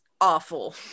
awful